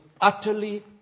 utterly